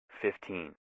fifteen